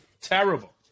Terrible